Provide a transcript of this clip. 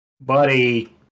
buddy